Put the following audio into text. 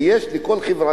כי יש לכל חברה,